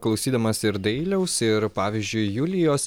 klausydamas ir dailiaus ir pavyzdžiui julijos